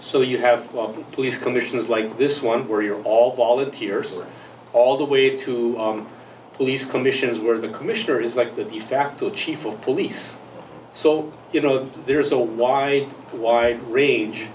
so you have police commissions like this one where you're all volunteers all the way to police commissioners where the commissioner is like the de facto chief of police so you know there is a wide wide range